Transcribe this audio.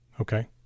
Okay